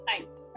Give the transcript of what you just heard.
Thanks